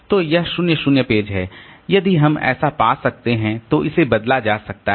तो यह 0 0 पेज है यदि हम ऐसा पा सकते हैं तो इसे बदला जा सकता है